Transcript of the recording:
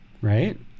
right